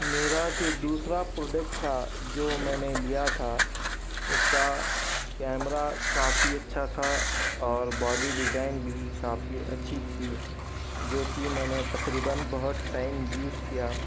میرا جو دوسرا پروڈکٹ تھا جو میں نے لیا تھا اس کا کیمرہ کافی اچھا تھا اور باڈی ڈیزائن بھی کافی اچھی تھى جو كہ میں نے تقريباً بہت ٹائم يوز كيا